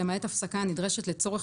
למעט הפסקה הנדרשת הספקת גז למערכת לצורך